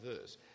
verse